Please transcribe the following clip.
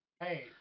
Hey